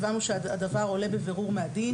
הבנו שהדבר עולה בבירור מן הדין,